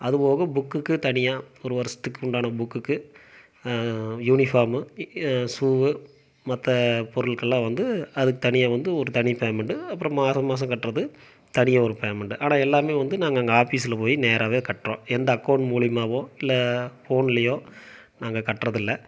அது போக புக்குக்கு தனியாக ஒரு வருஷத்துக்கு உண்டான புக்குக்கு யூனிஃபார்மு ஷுவு மற்ற பொருட்கள்லாம் வந்து அதுக்கு தனியாக வந்து ஒரு தனி பேமெண்ட்டு அப்றம் மாதம் மாதம் கட்டுறது தனியாக ஒரு பேமெண்ட்டு ஆனால் எல்லாம் வந்து நாங்கள் அங்கே ஆஃபீஸில் போய் நேராகவே கட்டுறோம் எந்த அக்கவுண்ட் மூலியமாகவோ இல்லை ஃபோன்லேயோ நாங்கள் கட்டுறது இல்லை